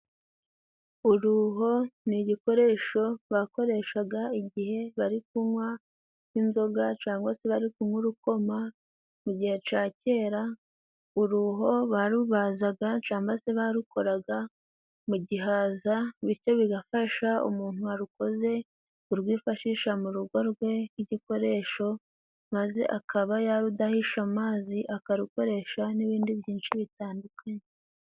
Uruho ni igikoresho bakoreshaga igihe bari kunywa nk'inzoga cangwa se bari kunywa nk'urukoma. Mu gihe ca kera, uruho barubazaga camba se barukoraga mu gihaza. Bityo bigafasha umuntu warukoze kurwifashisha mu rugo rwe nk'igikoresho, maze akaba yarudahisha amazi akarukoresha n'ibindi byinshi bitandukanye.